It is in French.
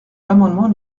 l’amendement